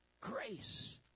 Grace